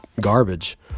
garbage